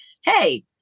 hey